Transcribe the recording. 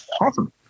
Awesome